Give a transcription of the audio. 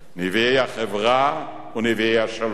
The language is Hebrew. נביאי החברה ונביאי השלום.